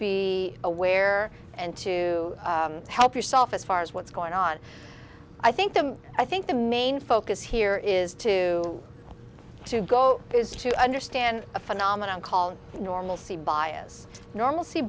be aware and to help yourself as far as what's going on i think the i think the main focus here is to to go is to understand a phenomenon called normalcy bias normalcy